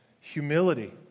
humility